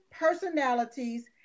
personalities